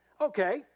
Okay